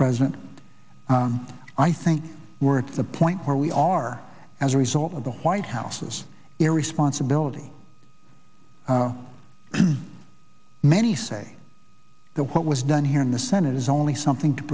president i think we're at the point where we are as a result of the white house's irresponsibility many say that what was done here in the senate is only something to